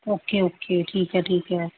okay okay ਠੀਕ ਹੈ ਠੀਕ ਹੈ